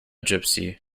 gipsy